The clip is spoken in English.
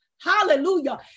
Hallelujah